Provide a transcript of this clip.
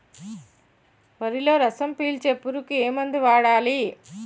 వరిలో రసం పీల్చే పురుగుకి ఏ మందు వాడాలి?